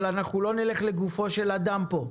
אבל אנחנו לא נדבר לגופו של אדם פה,